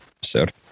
episode